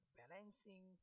balancing